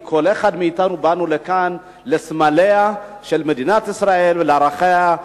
כי כל אחד מאתנו בא לכאן לסמליה של מדינת ישראל ולערכיה,